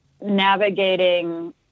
navigating